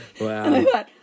Wow